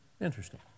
Interesting